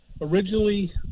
originally